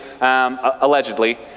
allegedly